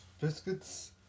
Biscuits